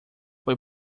foi